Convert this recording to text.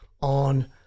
on